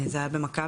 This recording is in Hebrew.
זה היה במכבי.